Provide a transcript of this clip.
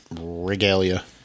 regalia